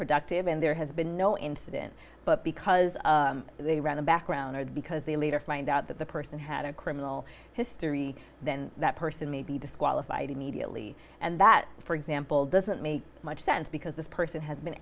productive and there has been no incident but because they run a background because they later find out that the person had a criminal history then that person may be disqualified immediately and that for example doesn't make much sense because this person has been